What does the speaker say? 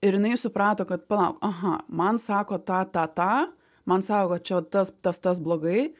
ir jinai suprato kad palauk aha man sako tą tą tą man sako kad čia va tas tas tas blogai